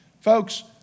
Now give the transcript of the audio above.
Folks